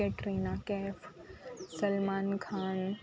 Katrina Kaif Salman Khan